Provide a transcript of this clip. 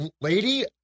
Lady